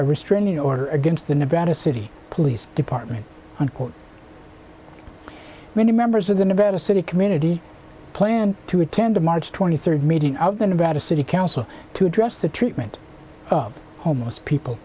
a restraining order against the nevada city police department unquote many members of the nevada city community planned to attend a march twenty third meeting of the nevada city council to address the treatment of homeless people